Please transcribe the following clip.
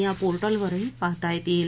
या पोर्टलवरही पाहता येतील